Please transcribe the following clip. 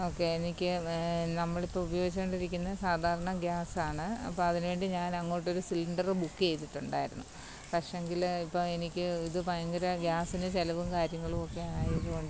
okay എനിക്ക് നമ്മളിപ്പം ഉപയോഗിച്ച് കൊണ്ടിരിക്കുന്നത് സാധാരണ ഗ്യാസ് ആണ് അപ്പം അതിനു വേണ്ടി ഞാൻ അങ്ങോട്ടൊരു സിലിണ്ടറ് ബുക്ക് ചെയ്തിട്ടുണ്ടായിരുന്നു പക്ഷേ എങ്കിൽ ഇപ്പോൾ എനിക്ക് ഇത് ഭയങ്കര ഗ്യാസിന് ചിലവും കാര്യങ്ങളും ഒക്കെ ആയത്കൊണ്ട്